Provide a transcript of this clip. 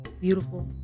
Beautiful